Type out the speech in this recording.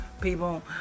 people